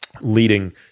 leading